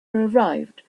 arrived